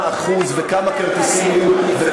אם יש ערעורים על כמה אחוז וכמה כרטיסים יהיו וכמה